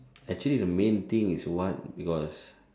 actually the main thing is what because